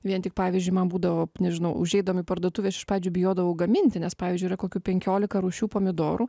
vien tik pavyzdžiui man būdavo nežinau užeidavom į parduotuvę aš iš pradžių bijodavau gaminti nes pavyzdžiui yra kokių penkiolika rūšių pomidorų